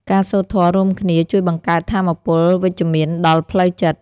ការសូត្រធម៌រួមគ្នា ជួយបង្កើតថាមពលវិជ្ជមានដល់ផ្លូវចិត្ត។